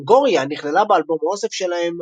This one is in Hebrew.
פנגוריה נכללה באלבום האוסף שלהם,